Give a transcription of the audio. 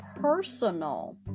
personal